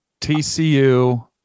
TCU